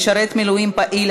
משרת מילואים פעיל),